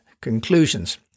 conclusions